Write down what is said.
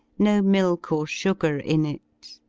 no milk or sugar in it.